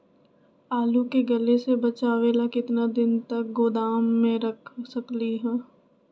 आलू के गले से बचाबे ला कितना दिन तक गोदाम में रख सकली ह?